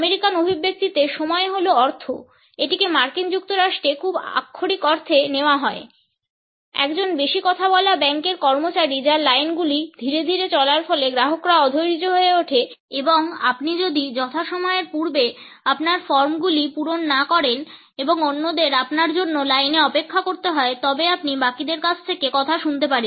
American অভিব্যক্তিতে সময় হল অর্থ এটিকে মার্কিন যুক্তরাষ্ট্রে খুব আক্ষরিক অর্থে নেওয়া হয় একজন বেশি কথা বলা ব্যাঙ্কের কর্মচারী যার লাইনগুলি ধীরে ধীরে চলার ফলে গ্রাহকরা অধৈর্য হয়ে ওঠে এবং আপনি যদি যথাসময়ের পূর্বে আপনার ফর্মগুলি পূরণ না করেন এবং অন্যদের আপনার জন্য লাইনে অপেক্ষা করতে হয় তবে আপনি বাকিদের কাছ থেকে কথা শুনতে পারেন